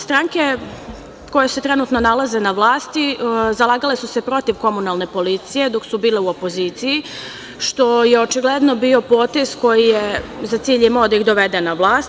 Stranke koje se trenutno nalaze na vlasti, zalagale su se protiv komunalne policije, dok su bile u opoziciji, što je očigledno bio potez koji je za cilj imao da ih dovede na vlast.